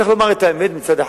צריך לומר את האמת מצד אחד.